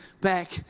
back